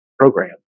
program